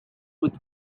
with